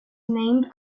named